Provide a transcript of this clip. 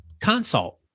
consult